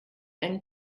einen